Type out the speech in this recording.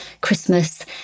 Christmas